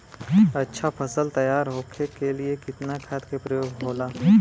अच्छा फसल तैयार होके के लिए कितना खाद के प्रयोग होला?